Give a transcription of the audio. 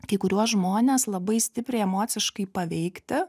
kai kuriuos žmones labai stipriai emociškai paveikti